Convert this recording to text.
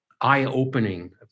eye-opening